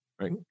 Right